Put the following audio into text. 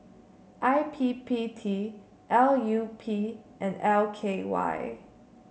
I P P T L U P and L K Y